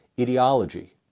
ideology